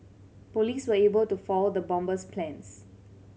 police were able to foil the bomber's plans